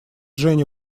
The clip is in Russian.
женя